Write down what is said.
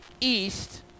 East